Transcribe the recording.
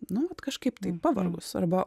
nu vat kažkaip taip pavargus arba